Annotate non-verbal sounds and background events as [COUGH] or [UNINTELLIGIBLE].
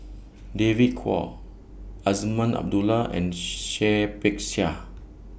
David Kwo Azman Abdullah and [UNINTELLIGIBLE] Seah Peck Seah